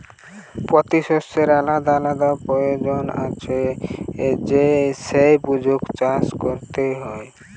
পোতি শষ্যের আলাদা আলাদা পয়োজন আছে সেই বুঝে চাষ কোরতে হয়